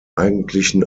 eigentlichen